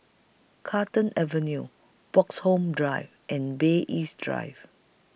Carlton Avenue Bloxhome Drive and Bay East Drive